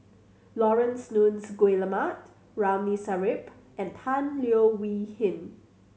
Laurence Nunns Guillemard Ramli Sarip and Tan Leo Wee Hin